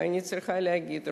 ואני צריכה להגיד,